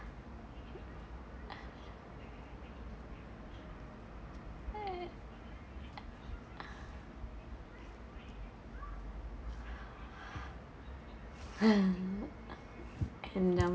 and I'm